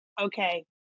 okay